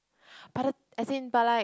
but the as in but like